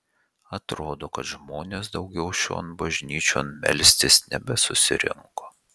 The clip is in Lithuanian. atrodo kad žmonės daugiau šion bažnyčion melstis nebesusirinko